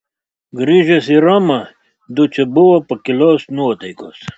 grįžęs į romą dučė buvo pakilios nuotaikos